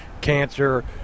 cancer